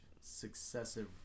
successive